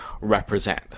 represent